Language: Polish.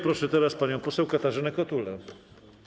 Proszę teraz panią poseł Katarzynę Kotulę.